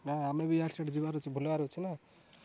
ନା ଆମେ ବି ଇଆଡ଼େ ସିଆଡ଼େ ଯିବାର ଅଛି ବୁଲିବାର ଅଛି ନା